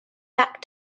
back